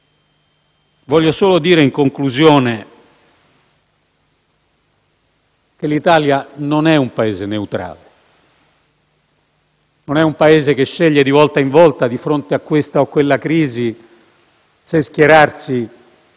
colleghi, in conclusione, l'Italia non è un Paese neutrale, non è un Paese che sceglie di volta in volta, di fronte a questa o a quella crisi, se schierarsi